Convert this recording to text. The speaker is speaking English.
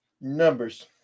numbers